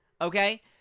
Okay